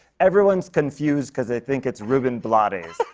everyone's confused cause they think it's ruben blades.